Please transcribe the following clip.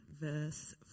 verse